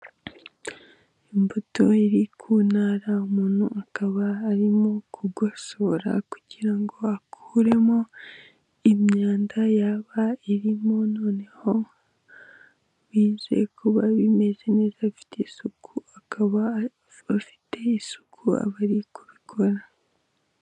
Imbuto iri ku ntara, umuntu akaba arimo kugosora kugira ngo akuremo imyanda yaba irimo, noneho bize kuba bimeze neza bifite isuku. Skaba afite isuku aho ari kubikora.